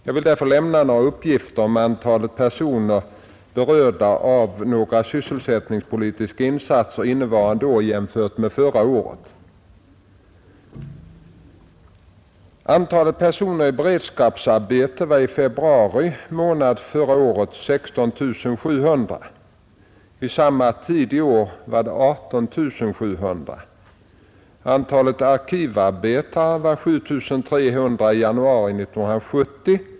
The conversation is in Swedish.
Jag vill därför lämna några uppgifter om antalet personer berörda av några sysselsättningspolitiska insatser innevarande år jämfört med förra året. Antalet personer i beredskapsarbete var i februari månad förra året 16 700 personer. Vid samma tid i år var det 18 700. Antalet arkivarbetare var 7300 i januari 1970.